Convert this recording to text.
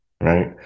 right